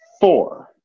Four